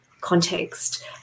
context